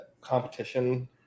competition